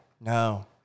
No